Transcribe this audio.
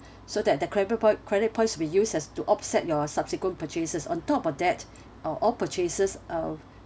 so that the credit point credit points to be used as to offset your subsequent purchases on top of that uh all purchases of